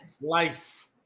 Life